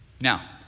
Now